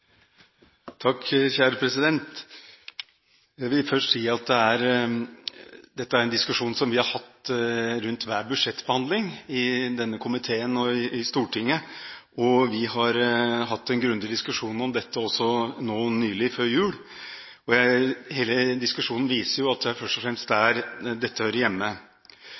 en diskusjon som vi har hatt rundt hver budsjettbehandling i denne komiteen og i Stortinget, og vi har hatt en grundig diskusjon om dette også nå nylig – før jul. Hele diskusjonen viser jo at det er først og fremst der dette hører hjemme.